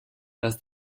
dass